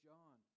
John